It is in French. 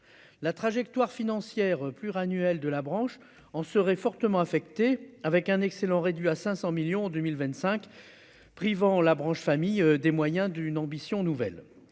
la trajectoire financière plus annuel de la branche en serait fortement affectée avec un excellent réduit à 500 millions de 1000 25, privant la branche famille, des moyens d'une ambition nouvelle